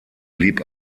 blieb